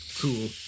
cool